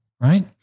Right